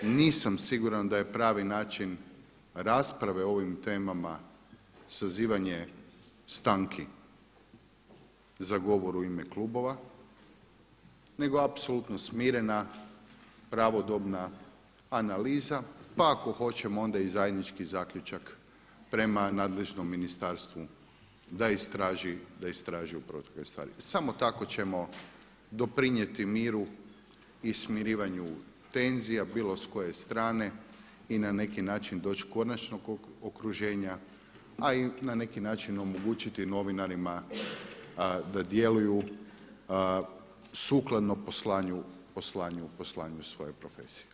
Nisam siguran da je pravi način rasprave o ovim temama sazivanje stanki za govor u ime klubova, nego apsolutno smirena pravodobna analiza, pa ako hoćemo onda i zajednički zaključak prema nadležnom ministarstvu da istraži … Samo tako ćemo doprinijeti miru i smirivanju tenzija bilo s koje strane i na neki način doći konačnog okruženja a i na neki način omogućiti novinarima da djeluju sukladno poslanju svoje profesije.